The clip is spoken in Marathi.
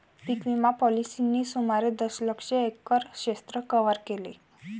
पीक विमा पॉलिसींनी सुमारे दशलक्ष एकर क्षेत्र कव्हर केले